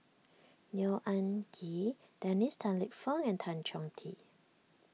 Neo Anngee Dennis Tan Lip Fong and Tan Chong Tee